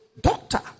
doctor